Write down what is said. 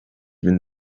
bin